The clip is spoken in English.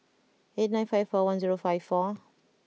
eight nine five four one zero five four